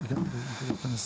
גם ברגע חתימת